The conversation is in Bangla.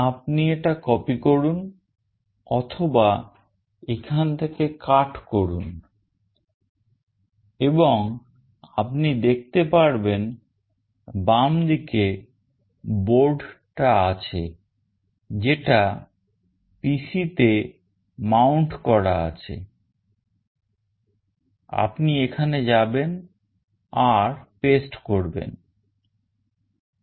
আপনি এটা copy করুন অথবা এখান থেকে cut করুন এবং আপনি দেখতে পারবেন বামদিকে board টা আছে যেটা PC তে mount করা আছে আপনি এখানে যাবেন আর paste করবেন